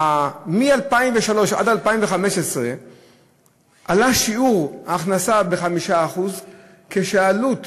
מ-2003 עד 2015 שיעור ההכנסה עלה ב-5% ועלות